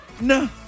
No